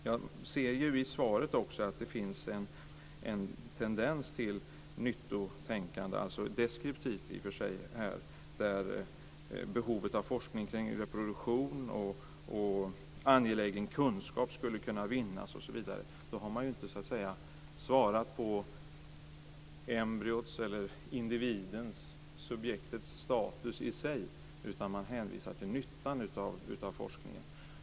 Jag ser i svaret också att det finns en tendens till nyttotänkande. Det är i och för sig deskriptivt. Det talas om behovet av forskning kring reproduktion och om att angelägen kunskap skulle kunna vinnas, osv. Då har man inte svarat på frågan om embryots, individens eller subjektets status i sig, utan man hänvisar till nyttan av forskningen.